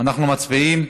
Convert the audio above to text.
אנחנו מצביעים.